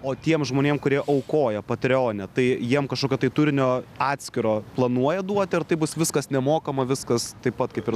o tiem žmonėm kurie aukoja patreone tai jiem kažkokio tai turinio atskiro planuojat duoti ar tai bus viskas nemokama viskas taip pat kaip ir